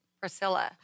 Priscilla